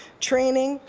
training,